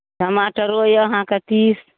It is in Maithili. टमाटरो यए अहाँके तीस